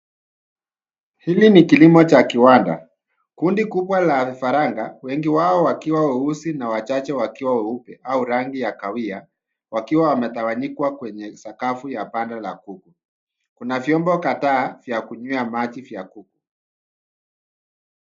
Hili ni kilimo cha kiwanda , kundi kubwa la vifaranga, wengi wao wakiwa weusi na wachache wakiwa weupe au rangi ya kahawia, wakiwa wametayanyika kwenye sakafu ya banda la kuku. Kuna vyombo kadhaa vya kunywea maji vya kuku.